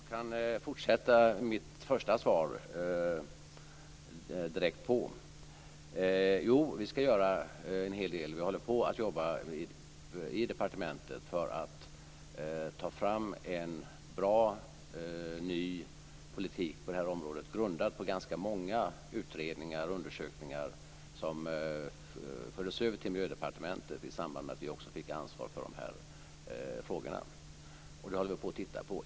Fru talman! Jag kan fortsätta mitt första svar direkt. Jo, vi ska göra en hel del. Vi håller på och jobbar i departementet för att ta fram en bra ny politik på detta område grundad på ganska många utredningar och undersökningar som fördes över till Miljödepartementet i samband med att vi också fick ansvar för dessa frågor. Det håller vi på och tittar på.